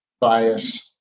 bias